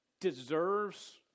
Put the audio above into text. deserves